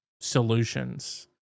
solutions